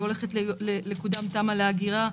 והולכת להיות מקודמת תמ"א לאגירה.